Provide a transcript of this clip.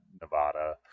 Nevada